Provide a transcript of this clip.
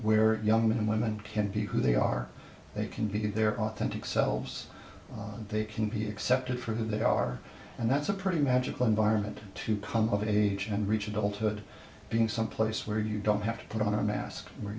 where young men and women can be who they are they can be their authentic selves they can be accepted for who they are and that's a pretty magical environment to come of age and reach adulthood being someplace where you don't have to put on a mask whe